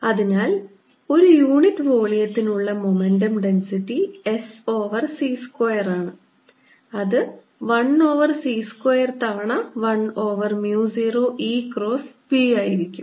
അതിനാൽ ഒരു യൂണിറ്റ് വോള്യത്തിന് ഉള്ള momentum density S over c സ്ക്വയറാണ് അത് 1 ഓവർ c സ്ക്വയർ തവണ 1ഓവർ mu 0 E ക്രോസ് B ആയിരിക്കും